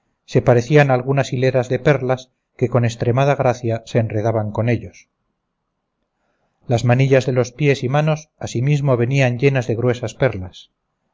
se parecían algunas hileras de perlas que con estremada gracia se enredaban con ellos las manillas de los pies y manos asimismo venían llenas de gruesas perlas